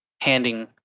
handing